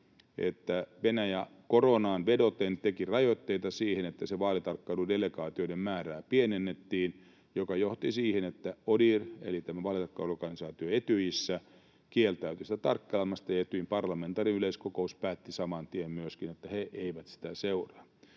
Venäjä koronaan vedoten teki rajoitteita siihen, että vaalitarkkailudelegaatioiden määrää pienennettiin, mikä johti siihen, että ODIHR, eli tämä vaalitarkkailuorganisaatio Etyjissä, kieltäytyi tarkkailemasta ja Etyjin parlamentaarinen yleiskokous päätti saman tien myöskin, että he eivät sitä seuraa.